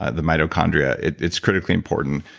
ah the mitochondria, it's critically important.